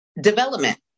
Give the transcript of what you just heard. development